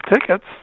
tickets